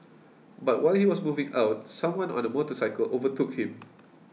but while he was moving out someone on a motorcycle overtook him